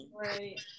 Right